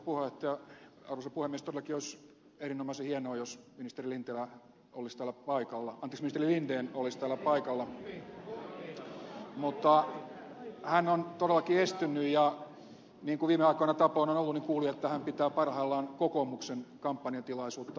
todellakin olisi erinomaisen hienoa jos ministeri linden olisi täällä paikalla mutta hän on todellakin estynyt ja niin kuin viime aikoina tapana on ollut niin kuulin että hän pitää parhaillaan kokoomuksen kampanjatilaisuutta savossa